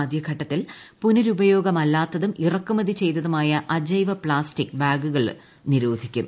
ആദ്യഘട്ടത്തിൽ പുനരുപയോഗമല്ലാത്തതും ഇറക്കുമതി ചെയ്യുന്നതുമായ അജൈവ പ്ലാസ്റ്റിക് ബാഗുകളും നിരോധിക്കും